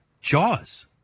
Jaws